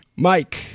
Mike